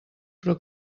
però